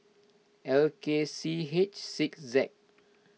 L K C H six Z